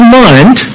mind